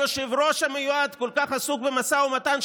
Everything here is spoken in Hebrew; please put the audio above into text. היושב-ראש המיועד כל כך עסוק במשא ומתן,